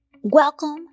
Welcome